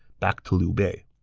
back to liu bei.